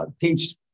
teach